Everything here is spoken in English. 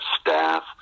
staff